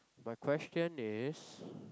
my question is